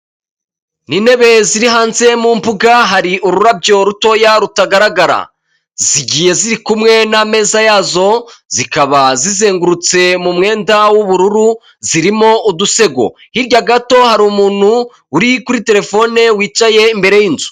Ni intebe ziri hanze mu mbuga hari ururabyo rutoya rutagaragara, zigiye ziri kumwe n'ameza yazo zikaba zizengurutse mu mwenda w'ubururu zirimo udusego, hirya gato hari umuntu uri kuri terefone wicaye imbere y'inzu.